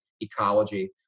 Ecology